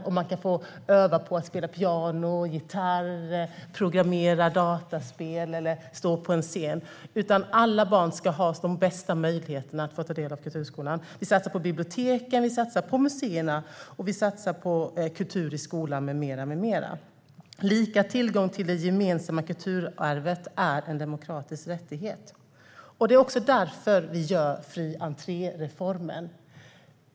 Möjligheten att öva på att spela piano eller gitarr, programmera dataspel eller stå på en scen ska inte vara avhängig av om man har rika föräldrar, utan alla barn ska ha de bästa möjligheterna att ta del av kulturskolan. Vi satsar på biblioteken, museerna, kultur i skolan med mera. Lika tillgång till det gemensamma kulturarvet är en demokratisk rättighet. Det är också därför vi gör fri entré-reformen.